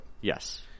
Yes